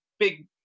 big